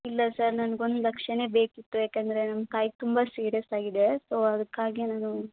ಇಲ್ಲ ಸರ್ ನನ್ಗೆ ಒಂದು ಲಕ್ಷನೇ ಬೇಕಿತ್ತು ಯಾಕಂದರೆ ನಮ್ಮ ತಾಯಿಗೆ ತುಂಬ ಸೀರಿಯಸ್ ಆಗಿದೆ ಸೊ ಅದಕ್ಕಾಗಿ ನಾನು